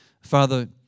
Father